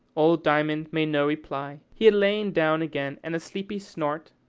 old diamond made no reply. he had lain down again, and a sleepy snort,